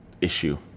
issue